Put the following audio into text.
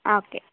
ആ ഓക്കേ